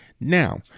Now